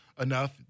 enough